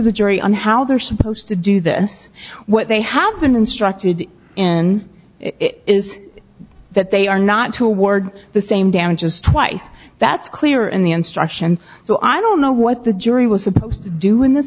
the jury on how they're supposed to do this what they have been instructed in is that they are not to award the same damages twice that's clear in the instruction so i don't know what the jury was supposed to do in this